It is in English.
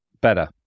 better